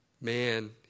Man